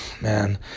man